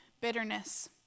bitterness